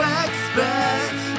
expect